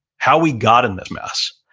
how we got in this mess,